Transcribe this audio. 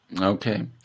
Okay